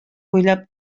буйлап